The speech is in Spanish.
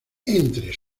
entre